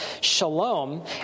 Shalom